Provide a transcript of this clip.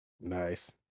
nice